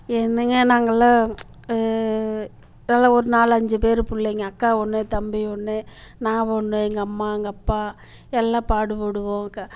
என்னங்க நாங்கலாம் நல்லா ஒரு நாலு அஞ்சு பேர் பிள்ளைங்க அக்கா ஒன்று தம்பி ஒன்று நான் ஒன்று எங்கம்மா எங்கப்பா எல்லா பாடுபடுவோம்